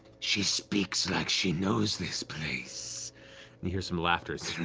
she speaks like she knows this place. and you hear some laughter.